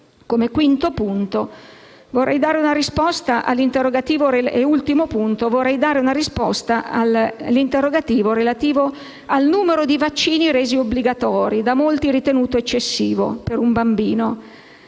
Come quinto punto, vorrei dare una risposta all'interrogativo relativo al numero di vaccini resi obbligatori, da molti ritenuto eccessivo per un bambino.